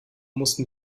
mussten